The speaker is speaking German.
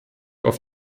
auf